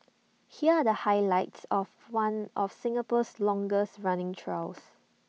here are the highlights of one of Singapore's longest running trials